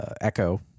Echo